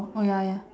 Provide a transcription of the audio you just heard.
oh ya ya